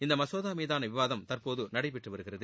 இந்த மசோதா மீதான விவாதம் தற்போது நடைபெற்று வருகிறது